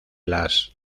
las